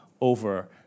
over